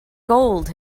gold